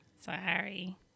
Sorry